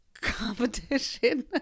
Competition